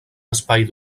espai